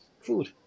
food